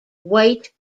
white